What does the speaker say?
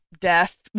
death